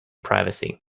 privacy